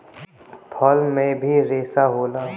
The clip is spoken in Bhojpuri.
फल में भी रेसा होला